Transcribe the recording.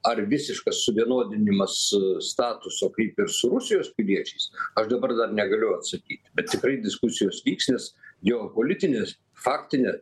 ar visiškas suvienodinimas statuso kaip ir su rusijos piliečiais aš dabar negaliu atsakyti bet tikrai diskusijos vyks nes geopolitinės faktinė